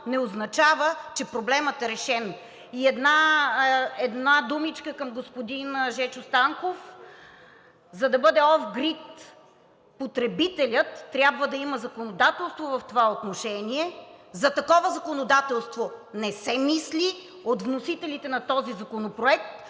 не означава, че проблемът е решен. Една думичка към господин Жечо Станков. За да бъде off-grid, потребителят трябва да има законодателство в това отношение. За такова законодателство не се мисли от вносителите на този законопроект,